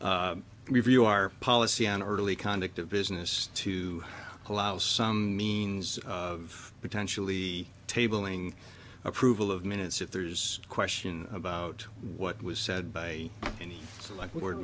review our policy on early conduct of business to allow some means of potentially tabling approval of minutes if there's a question about what was said by the like w